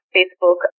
Facebook